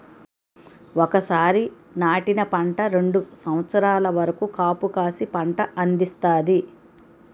ఒకసారి నాటిన పంట రెండు సంవత్సరాల వరకు కాపుకాసి పంట అందిస్తాయి